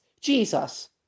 Jesus